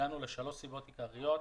הגענו לשלוש סיבות עיקריות.